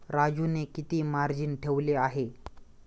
राजूने किती मार्जिन ठेवले आहे?